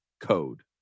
code